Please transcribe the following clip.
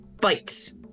bite